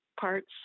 parts